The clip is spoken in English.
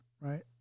right